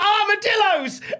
armadillos